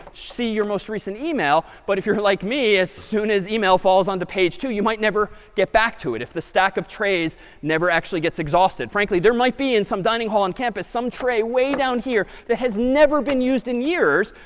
see your most recent email. but if you're like me, as soon as email falls on the page two, you might never get back to it if the stack of trays never actually gets exhausted. frankly, there might be in some dining hall on campus some way down here that has never been used in years,